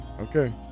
Okay